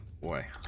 Boy